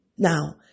Now